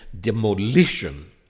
demolition